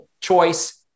choice